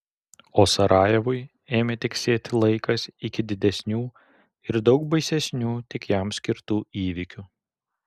o sarajevui ėmė tiksėti laikas iki didesnių ir daug baisesnių tik jam skirtų įvykių